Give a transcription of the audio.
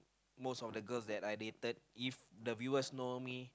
most of the girls that I dated if the viewers know me